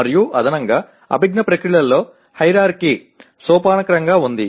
మరియు అదనంగా అభిజ్ఞా ప్రక్రియలలో హైరార్కీ సోపానక్రమం ఉంది